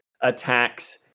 attacks